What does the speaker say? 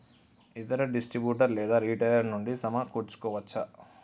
ఇతర డిస్ట్రిబ్యూటర్ లేదా రిటైలర్ నుండి సమకూర్చుకోవచ్చా?